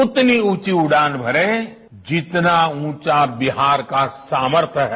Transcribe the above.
उतनी ऊंची उडान भरे जितना ऊंचा बिहार का सामर्थ्य है